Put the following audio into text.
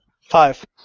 Five